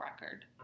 record